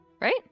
Right